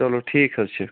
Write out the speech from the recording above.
چلو ٹھیٖک حظ چھُ